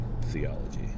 theology